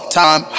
time